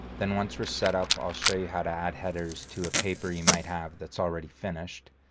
then, once we're set up, i'll show you how to add headers to a paper you might have that's already finished.